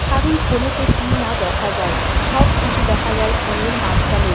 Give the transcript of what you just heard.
কারণ ফোনেতে কী না দেখা যায় সব কিছু দেখা যায় ফোনের মাধ্যমে